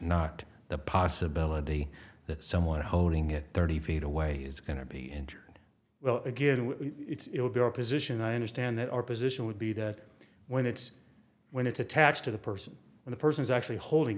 not the possibility that someone holding it thirty feet away is going to be injured well again it's your position i understand that our position would be that when it's when it's attached to the person and the person is actually holding